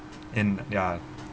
and ya